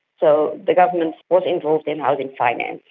so the government was involved in housing finance.